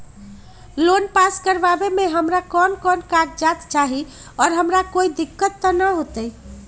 Loan pass करवावे में हमरा कौन कौन कागजात चाही और हमरा कोई दिक्कत त ना होतई?